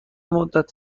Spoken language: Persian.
مدت